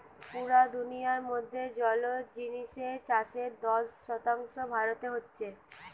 পুরা দুনিয়ার মধ্যে জলজ জিনিসের চাষের দশ শতাংশ ভারতে হচ্ছে